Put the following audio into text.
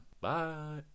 Bye